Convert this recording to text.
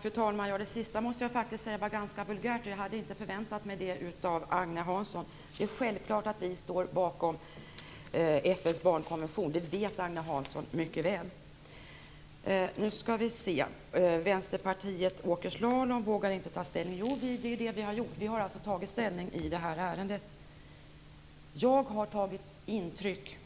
Fru talman! Jag måste faktiskt säga att det sista var ganska vulgärt. Jag hade inte förväntat mig det från Agne Hansson. Det är självklart att vi står bakom FN:s barnkonvention. Det vet Agne Hansson mycket väl. Agne Hansson sade att Vänsterpartiet åker slalom och inte vågar ta ställning. Det är det vi har gjort. Vi har alltså tagit ställning i det här ärendet. Sedan gällde det om jag har tagit intryck